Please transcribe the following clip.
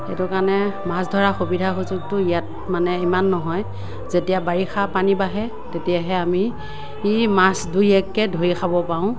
সেইটো কাৰণে মাছ ধৰা সুবিধা সুযোগটো ইয়াত মানে ইমান নহয় যেতিয়া বাৰিষা পানী বাঢ়ে তেতিয়াহে আমি সেই মাছ দুই এককে ধৰি খাব পাৰোঁ